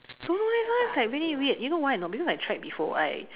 don't know leh sometimes like very weird you know why or not because I've tried before I